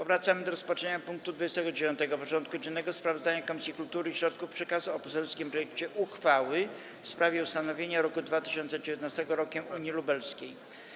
Powracamy do rozpatrzenia punktu 29. porządku dziennego: Sprawozdanie Komisji Kultury i Środków Przekazu o poselskim projekcie uchwały w sprawie ustanowienia roku 2019 Rokiem Unii Lubelskiej.